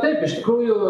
taip iš tikrųjų